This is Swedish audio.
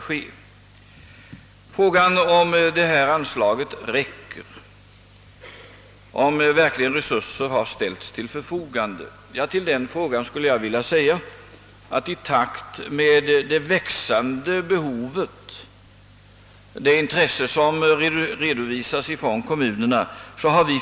| Till frågan om detta anslag räcker, om verkligen resurser har ställts till förfogande, skulle jag vilja säga att vi har försökt anpassa anslagsramen efter det växande behovet, efter det intresse som redovisas från kommunerna.